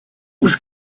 was